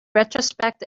retrospect